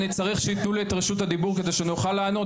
אני צריך שיתנו לי את רשות הדיבור כדי שאני אוכל לענות,